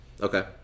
Okay